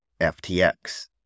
ftx